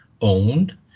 owned